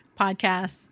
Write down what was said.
podcasts